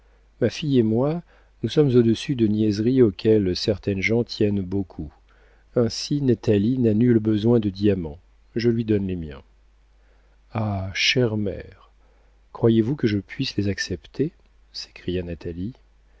ma fille et moi nous sommes au-dessus de niaiseries auxquelles certaines gens tiennent beaucoup ainsi natalie n'a nul besoin de diamants je lui donne les miens ah chère mère croyez-vous que je puisse les accepter s'écria